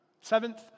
seventh